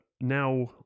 now